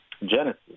Genesis